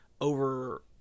over